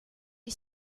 est